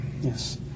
Yes